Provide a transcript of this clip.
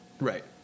Right